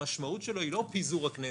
המשמעות שלו היא לא פיזור הכנסת.